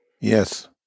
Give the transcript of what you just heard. Yes